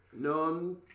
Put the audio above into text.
No